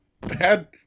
bad